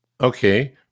Okay